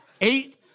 eight